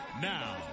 Now